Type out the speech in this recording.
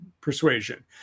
persuasion